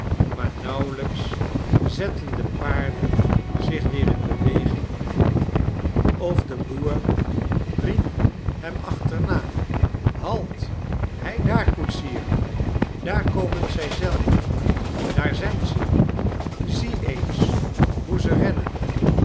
maar nauwelijks zetten de paarden zich weer in beweging of de boer riep hem achterna halt heidaar koetsier daar komen zij zelf daar zijn ze zie eens hoe zij rennen